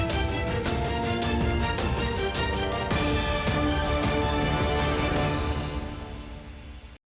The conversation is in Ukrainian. Дякую.